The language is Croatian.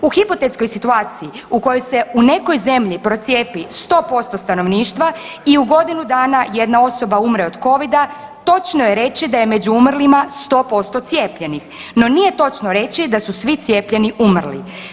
U hipotetskoj situaciji u kojoj se u nekoj zemlji procijepi 100% stanovništva i u godinu dana jedna osoba umre od covida točno je reći da je među umrlima 100% cijepljenih, no nije točno reći da su svi cijepljeni umrli.